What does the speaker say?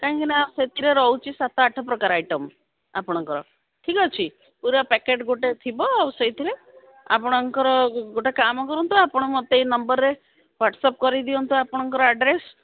କାହିଁକିନା ଆଉ ସେଥିରେ ରହୁଛି ସାତ ଆଠ ପ୍ରକାର ଆଇଟମ୍ ଆପଣଙ୍କର ଠିକ୍ ଅଛି ପୁରା ପ୍ୟାକେଟ୍ ଗୋଟେ ଥିବ ଆଉ ସେଇଥିରେ ଆପଣଙ୍କର ଗୋଟେ କାମ କରନ୍ତୁ ଆପଣ ମୋତେ ଏଇ ନମ୍ବରରେ ହ୍ୱାଟ୍ସଆପ୍ କରିଦିଅନ୍ତୁ ଆପଣଙ୍କର ଆଡ୍ରେସ୍